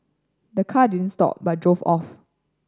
the car didn't stop but drove off